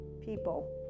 people